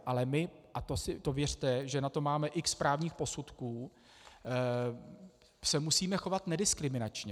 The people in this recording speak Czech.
Ale my a to věřte, že na to máme x právních posudků se musíme chovat nediskriminačně.